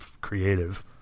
creative